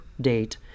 date